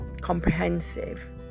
comprehensive